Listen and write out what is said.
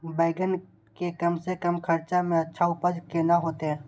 बेंगन के कम से कम खर्चा में अच्छा उपज केना होते?